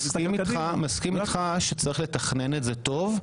מסגים איתך שצריך לתכנן את זה טוב,